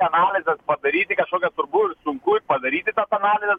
analizes padaryti kažkokias turbūt sunku ir padaryti tas analizes